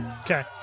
Okay